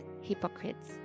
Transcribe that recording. hypocrites